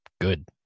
good